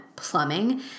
plumbing